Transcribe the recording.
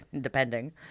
depending